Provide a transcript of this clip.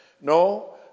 No